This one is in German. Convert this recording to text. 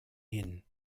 hin